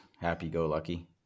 happy-go-lucky